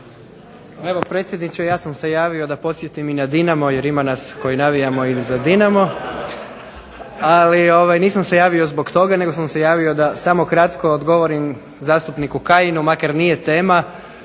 Evo predsjedniče, ja sam se javio da podsjetim i na Dinamo, jer ima nas koji navijamo i za Dinamo. Ali nisam se javio zbog toga, nego sam se javio da samo kratko odgovorim zastupniku Kajinu, makar nije tema,